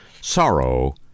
sorrow